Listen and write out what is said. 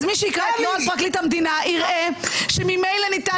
אז מי שיקרא את נוהל פרקליט המדינה יראה שממילא ניתן